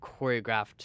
choreographed